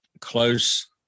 close